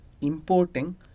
importing